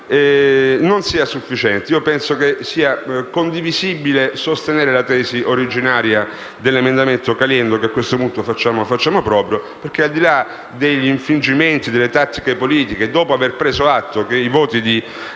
non sia sufficiente. Penso che sia condivisibile sostenere la tesi originaria dell'emendamento 4.13, che a questo punto faccio mio. Al di là degli infingimenti e delle tattiche politiche, dopo aver preso atto che i voti del